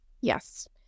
Yes